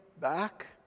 back